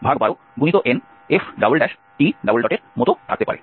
কারণ আমাদের h312nf এর মতো থাকতে পারে